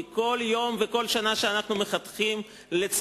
כי לצערי כל יום וכל שנה שאנחנו מחכים יש